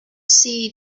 see